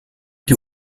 die